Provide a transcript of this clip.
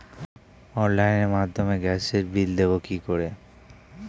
অনলাইনের মাধ্যমে গ্যাসের বিল দেবো কি করে?